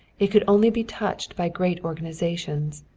it could only be touched by great organizations.